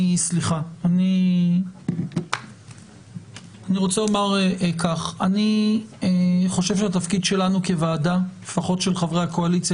אני רוצה לומר שאני חושב שהתפקיד שלנו כוועדה לפחות של חברי הקואליציה